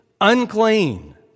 unclean